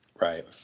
Right